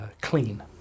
clean